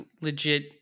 legit